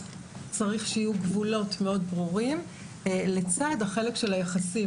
צריך שיהיו גבולות מאוד ברורים לצד החלק של היחסים.